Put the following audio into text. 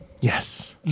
Yes